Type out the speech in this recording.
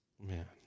Man